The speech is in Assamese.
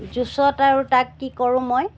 জুইচত আৰু তাক কি কৰো মই